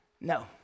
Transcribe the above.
No